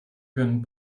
können